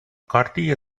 bacardi